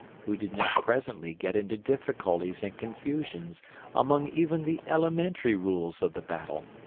who did not presently get into difficulties and confusions among even the elementary rules of the battle.